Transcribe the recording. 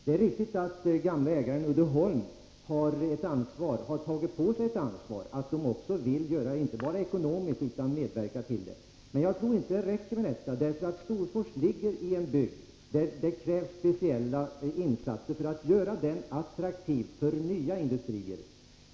Det är riktigt att den hittillsvarande ägaren Uddeholm har tagit på sig ett ansvar inte bara ekonomiskt utan också vad gäller egen medverkan, men jag tror inte att det räcker med detta. Den bygd som Storfors ligger i kräver speciella insatser för att bli attraktiv för nya industrier.